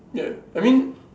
ya I mean